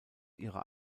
ihrer